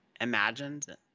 imagined